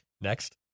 Next